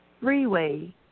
Freeway